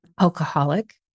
alcoholic